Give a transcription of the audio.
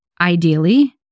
Ideally